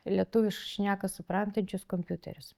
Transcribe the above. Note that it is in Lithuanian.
lietuvių šneką suprantančius kompiuterius